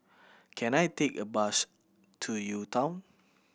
can I take a bus to U Town